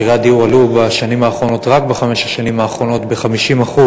מחירי הדיור עלו רק בחמש השנים האחרונות ב-50%,